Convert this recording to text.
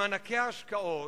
במענקי השקעות,